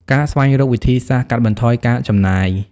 ការស្វែងរកវិធីសាស្រ្តកាត់បន្ថយការចំណាយ។